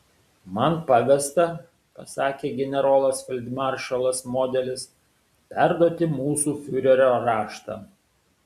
man pavesta pasakė generolas feldmaršalas modelis perduoti mūsų fiurerio raštą